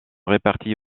réparties